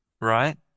Right